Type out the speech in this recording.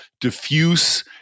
diffuse